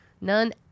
None